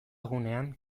gunean